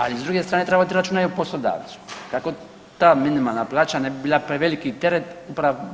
A i s druge strane treba voditi i računa o poslodavcu kako ta minimalna plaća ne bi bila preveliki teret